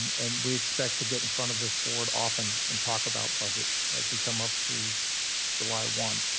and we expect to get in front of this board often and talk about budget as we come up through july one.